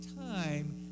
time